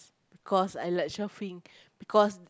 because I like shopping because